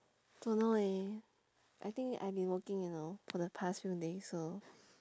don't know eh I think I've been working you know for the past few days so